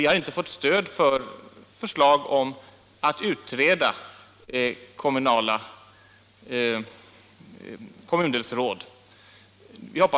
Vi har inte fått stöd för våra förslag om att utreda frågan om kommundelsråd.